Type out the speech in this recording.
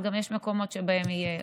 אז גם יש מקומות שבהם יהיה עומס.